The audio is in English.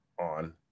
on